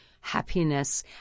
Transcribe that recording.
happiness